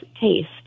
taste